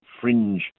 fringe